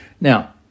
Now